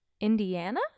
Indiana